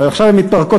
ועכשיו הן מתפרקות.